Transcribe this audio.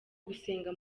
gusenga